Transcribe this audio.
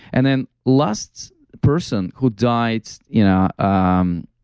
and then last person who died you know um